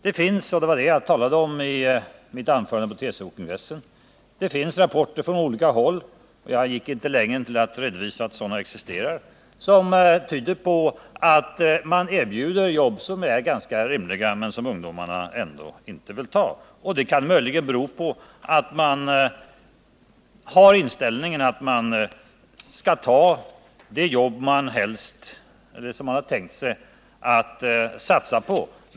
Det finns — och det var det jag talade om i mitt anförande på TCO-kongressen — rapporter från olika håll — jag gick inte längre än att redovisa att sådana existerar — om att man erbjuder jobb som är ganska rimliga men som ungdomar ändå inte vill ta. Det kan möjligen bero på att man har inställningen att man skall ta bara det jobb som man har tänkt sig att satsa på.